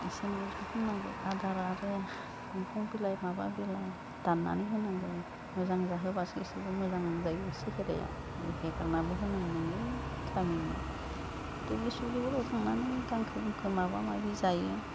इसोरो इरखम खामनांगो आदार आरो बंफां बिलाइ माबा बिलाइ दाननानै होनांगो मोजां जाहोबासो इसोरबो मोजां जायो सेहेराया हेगारनाबो होनो मोननांगो गामिनि दुब्लि सुब्लिफोराव थांनानै गांखो गुंखो माबा माबि जायो